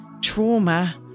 trauma